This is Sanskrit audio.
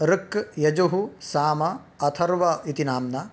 ऋक् यजुः साम अथर्व इति नाम्ना